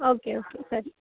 okay okay ಸರಿ